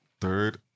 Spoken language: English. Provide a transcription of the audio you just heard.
third